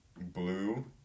blue